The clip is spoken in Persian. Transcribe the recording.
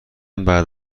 بعد